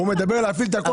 כשהוא אומר להפעיל את הכול,